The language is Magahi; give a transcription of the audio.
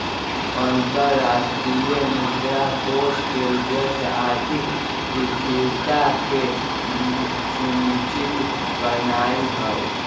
अंतरराष्ट्रीय मुद्रा कोष के उद्देश्य आर्थिक स्थिरता के सुनिश्चित करनाइ हइ